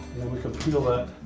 we can peel that